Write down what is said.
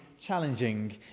challenging